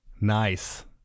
Nice